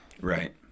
Right